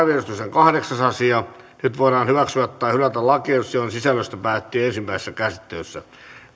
kahdeksas asia nyt voidaan hyväksyä tai hylätä lakiehdotukset joiden sisällöstä päätettiin ensimmäisessä käsittelyssä